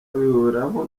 abihuriraho